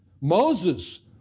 Moses